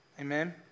Amen